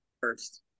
first